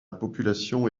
population